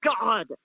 God